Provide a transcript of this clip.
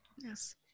Yes